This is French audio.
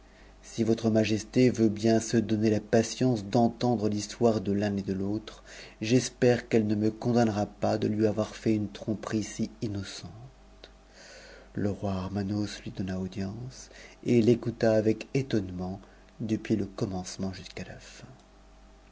si votre majesté veut bien se donner la patience d'entendre l'histoire de l'un et de l'autre j'espère qu'elle re me condamnera pas de lui avoir fait une tromperie si innocente l roi armanos lui donna audience et l'écouta avec étonnement depuis te commencement jusqu'à la fin